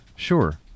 sure